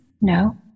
No